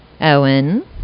Owen